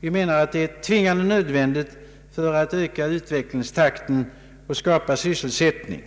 Vi menar att detta är tvingande nödvändigt för att öka utvecklingstakten och skapa sysselsättning.